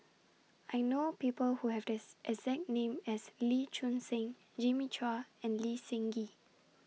I know People Who Have This exact name as Lee Choon Seng Jimmy Chua and Lee Seng Gee